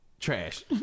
Trash